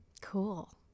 cool